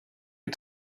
had